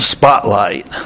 Spotlight